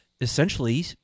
essentially